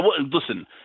Listen